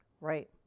right